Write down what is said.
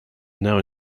now